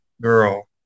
Girl